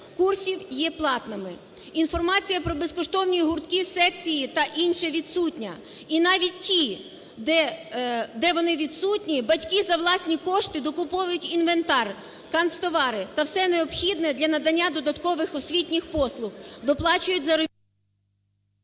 курсів є платними. Інформація про безкоштовні гуртки, секції та інше відсутня і навіть ті, де вони відсутні, і батьки за власні кошти докуповують інвентар, канцтовари та все необхідне для надання додаткових освітніх послуг доплачують…